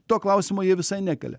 to klausimo jie visai nekelia